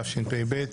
תשפ"ב,